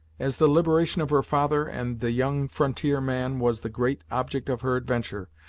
as the liberation of her father and the young frontier man was the great object of her adventure,